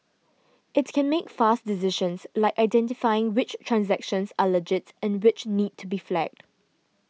it can make fast decisions like identifying which transactions are legit and which need to be flagged